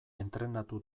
entrenatu